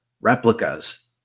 replicas